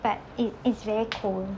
but it is very cold